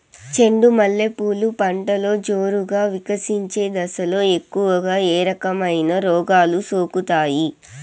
చెండు మల్లె పూలు పంటలో జోరుగా వికసించే దశలో ఎక్కువగా ఏ రకమైన రోగాలు సోకుతాయి?